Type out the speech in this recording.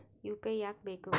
UPI ಯಾಕ್ ಬೇಕು?